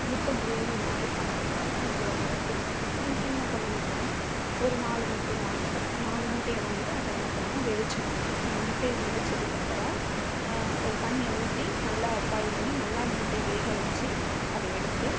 முட்டை க்ரேவி மாதிரி பண்ணுறது எனக்கு ரொம்பவே பிடிக்கும் இதுக்கு என்ன பண்ணணும் அப்படின்னா ஒரு நாலு முட்டையை வாங்கிக்கிறோம் நாலு முட்டையை வாங்கி அதை என்ன பண்ணுன்னா வெகச்சிடணும் அந்த முட்டையை வெகச்சதுக்கப்பறம் ஒரு தண்ணியை ஊற்றி நல்லா பாயில் பண்ணி நல்லா அந்த முட்டையை வேக வச்சு அதை எடுத்து